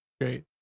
great